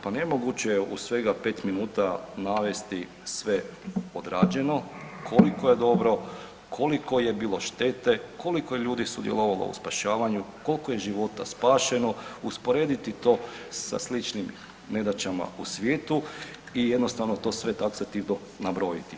Pa nemoguće je u svega pet minuta navesti sve odrađeno, koliko je dobro, koliko je bilo štete, koliko je ljudi sudjelovalo u spašavanju, koliko je života spašeno, usporediti to sa sličnim nedaćama u svijetu i jednostavno to sve taksativno nabrojiti.